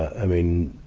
i mean,